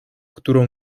którą